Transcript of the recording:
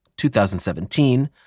2017